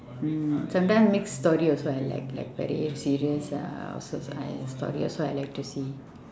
mm sometime mix story also I like like very serious ah also so this story I also like to see